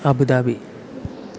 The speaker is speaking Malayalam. അബുദാബി